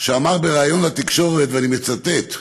שאמר בריאיון לתקשורת, ואני מצטט: